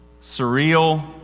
surreal